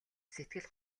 сэтгэл